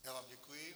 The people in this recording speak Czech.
Já vám děkuji.